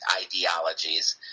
ideologies